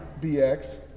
BX